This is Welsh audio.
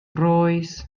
rois